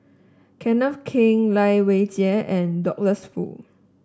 Kenneth Keng Lai Weijie and Douglas Foo